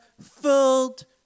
filled